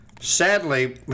Sadly